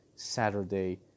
saturday